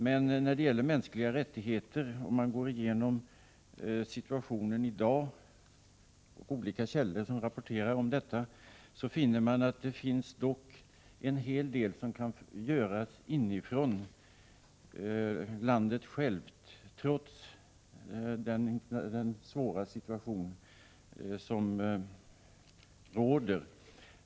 Men om man går igenom de olika källor som rapporterar om situationen i dag när det gäller mänskliga rättigheter, finner man en hel del som kan göras inifrån landet, trots den svåra situation som råder där.